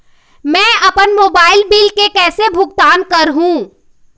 मैं अपन mobile bill के कैसे भुगतान कर हूं?